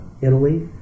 Italy